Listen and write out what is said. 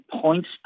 points